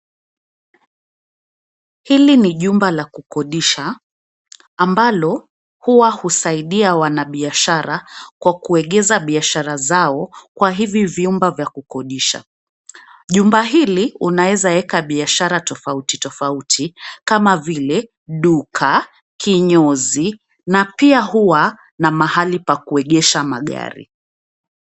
Hili ni jumba la kukodisha ambalo huwa husaidia wanabiashara kwa kuegeza biashara zao kwa hivi vyumba vya kukodisha. Jumba hili unawezaeka biashara tofauti tofauti kama vile: duka, kinyozi na pia huwa na mahali pa kuegesha magari.